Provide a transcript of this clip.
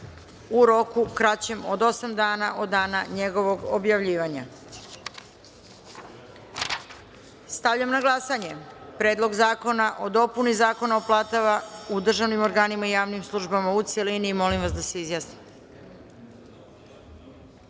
u roku kraćem od osam dana od dana njegovog objavljivanja. Stavljam na glasanje Predlog zakona o dopuni Zakona o platama u državnim organima i javnim službama, u celini. Molim vas da se